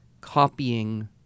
copying